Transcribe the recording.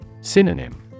Synonym